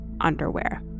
underwear